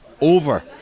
over